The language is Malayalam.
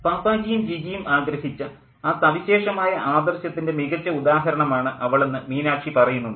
പാപ്പാജിയും ജിജിയും ആഗ്രഹിച്ച ആ സവിശേഷമായ ആദർശത്തിൻ്റെ മികച്ച ഉദാഹരണമാണ് അവളെന്ന് മീനാക്ഷി പറയുന്നുണ്ട്